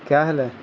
کیا حال ہے